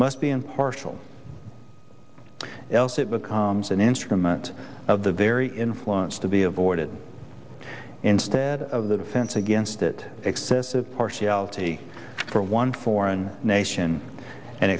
must be impartial else it becomes an instrument of the very influence to be avoided instead of the defense against it excessive partiality for one foreign nation and